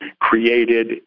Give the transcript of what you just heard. created